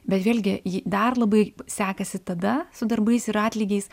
bet vėlgi ji dar labai sekasi tada su darbais ir atlygiais